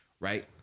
Right